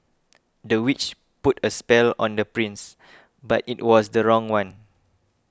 the witch put a spell on the prince but it was the wrong one